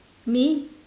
me